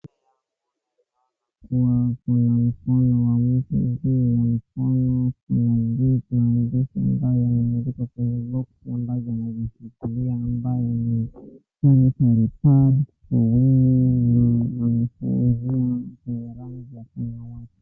Naona kuwa kuna mkono wa mtu, huo mkono ambayo kuna maandishi imeandikwa kwenye lofu ambayo ameshikilia ambayo ni sanitary pad for women na iko kwenye rangi ya samawati.